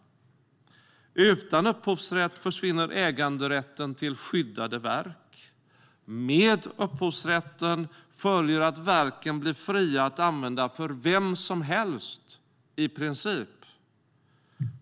Utan upphovsrätt försvinner äganderätten till skyddade verk. Med upphovsrätten följer att verken blir fria att använda för vem som helst, i princip.